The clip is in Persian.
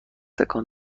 تکان